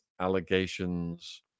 allegations